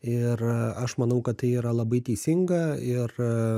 ir aš manau kad tai yra labai teisinga ir